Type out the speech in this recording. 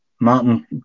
Martin